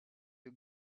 you